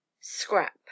Scrap